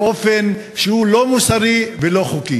באופן שהוא לא מוסרי ולא חוקי.